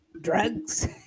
Drugs